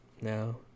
No